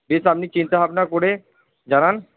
বেশ আপনি চিন্তাভাবনা করে জানান